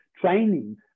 training